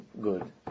good